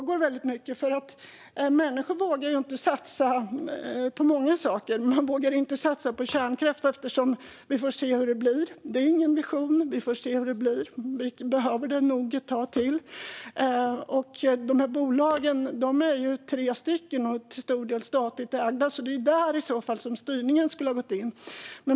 Det finns mycket som människor inte vågar satsa på. De vågar inte satsa på kärnkraft, eftersom vi får se hur det blir. "Vi får se hur det blir" är ingen vision. Vi behöver den nog ett tag till. Dessa bolag är tre till antalet och till stor del statligt ägda. Det är i så fall där styrningen skulle gått in.